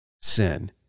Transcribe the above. sin